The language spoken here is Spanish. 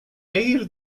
air